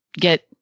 get